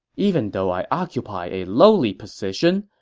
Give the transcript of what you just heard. even though i occupy a lowly position,